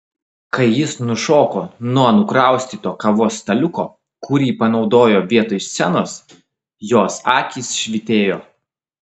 kai jis nušoko nuo nukraustyto kavos staliuko kurį panaudojo vietoj scenos jos akys švytėjo